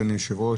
אדוני היושב-ראש,